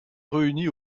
réunie